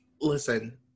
listen